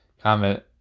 comment